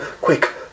quick